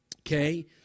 okay